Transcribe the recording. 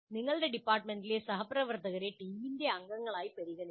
നിങ്ങളുടെ ഡിപ്പാർട്ട്മെന്റിലെ സഹപ്രവർത്തകരെ ടീമിലെ അംഗങ്ങളായി പരിഗണിക്കണം